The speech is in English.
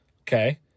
okay